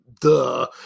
duh